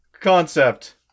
concept